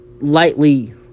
lightly